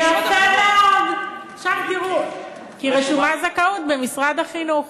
יפה מאוד, היא רשומה לזכאות במשרד החינוך.